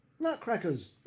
Nutcrackers